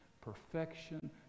Perfection